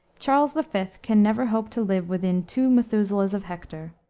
charles the fifth can never hope to live within two methuselahs of hector.